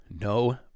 No